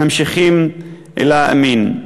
ממשיכים להאמין בכך.